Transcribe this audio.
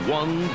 one